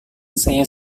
saya